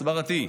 נא לסיים.